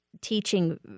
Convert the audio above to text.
teaching